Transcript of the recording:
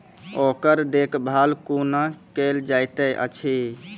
ओकर देखभाल कुना केल जायत अछि?